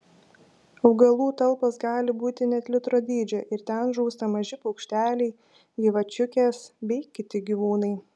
augalų talpos gali būti net litro dydžio ir ten žūsta maži paukšteliai gyvačiukės bei kiti gyvūnai